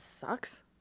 sucks